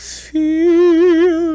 feel